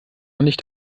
nicht